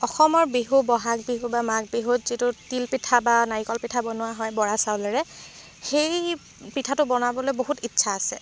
অসমৰ বিহু বহাগ বিহু বা মাঘ বিহুত যিটো তিল পিঠা বা নাৰিকল পিঠা বনোৱা হয় বৰা চাউলেৰে সেই পিঠাটো বনাবলৈ বহুত ইচ্ছা আছে